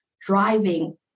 driving